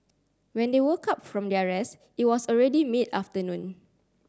when they woke up from their rest it was already mid afternoon